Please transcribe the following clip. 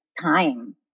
time